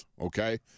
Okay